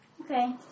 Okay